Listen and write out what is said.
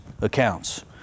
accounts